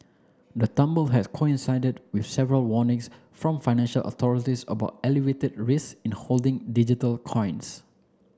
the tumble had coincided with several warnings from financial authorities about elevated risk in holding digital coins